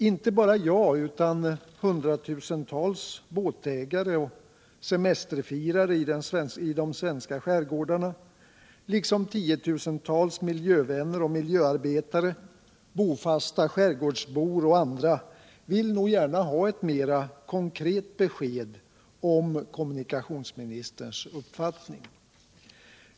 Inte bara jag utan hundratusentals båtägare och semesterfirare i de svenska skärgårdarna, liksom tiotusentals miljövänner och miljöarbetare, bofasta skärgårdsbor och andra, vill nog gärna ha ett mer konkret besked om kommunikationsministerns uppfattning.